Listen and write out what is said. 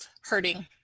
hurting